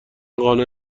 قانع